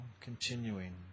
continuing